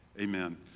Amen